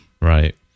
Right